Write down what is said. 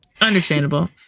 understandable